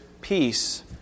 peace